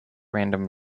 random